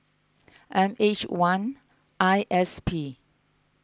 M H one I S P